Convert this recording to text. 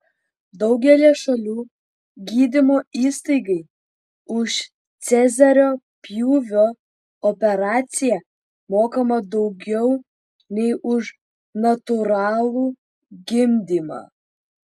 daugelyje šalių gydymo įstaigai už cezario pjūvio operaciją mokama daugiau nei už natūralų gimdymą